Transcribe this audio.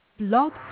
Blog